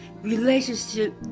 Relationship